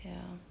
ya